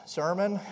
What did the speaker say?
sermon